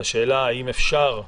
בשאלה האם אפשר,